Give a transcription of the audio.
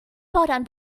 fordern